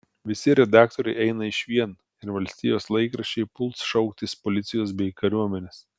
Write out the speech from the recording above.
visi redaktoriai eina išvien ir valstijos laikraščiai puls šauktis policijos bei kariuomenės